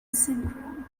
syndrome